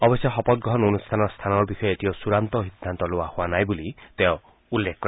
অৱশ্যে শপতগ্ৰহণ অনুষ্ঠানৰ স্থানৰ বিষয়ে এতিয়াও চুড়ান্ত সিদ্ধান্ত লোৱা হোৱা নাই বুলিও তেওঁ উল্লেখ কৰে